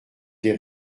des